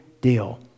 deal